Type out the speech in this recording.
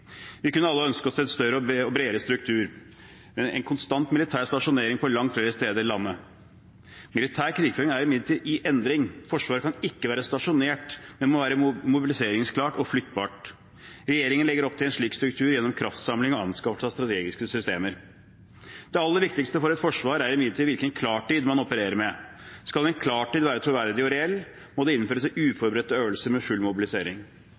Vi kunne alle ønske oss en større og bredere struktur og en konstant militær stasjonering på langt flere steder i landet. Militær krigføring er imidlertid i endring. Forsvaret kan ikke være stasjonært, det må være mobiliseringsklart og flyttbart. Regjeringen legger opp til en slik struktur gjennom kraftsamling og anskaffelse av strategiske systemer. Det aller viktigste for et forsvar er imidlertid hvilken klartid man opererer med. Skal en klartid være troverdig og reell, må det innføres uforberedte øvelser med full mobilisering.